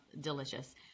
delicious